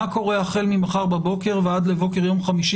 מה קורה החל ממחר בבוקר ועד לבוקר יום חמישי